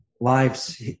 lives